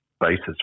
Basis